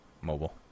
Mobile